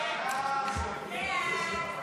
סעיפים 1